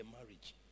marriage